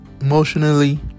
emotionally